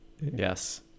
yes